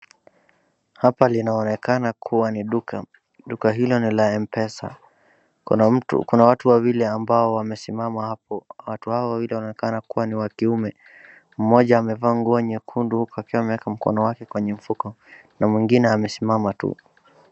Hapa linaonekana kuwa ni duka. Duka hilo ni la Mpesa. Kuna watu wawili ambao wamesimama hapo. Watu hawa wawili wanaonekana kuwa ni wakiume. Mmmoja amevaa nguo nyekundu huku akiwa ameeka mkono wake kwenye mfuko na mwingine amesimama tu.